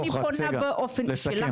אני פונה באופן אישי,